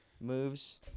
moves